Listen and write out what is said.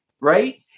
Right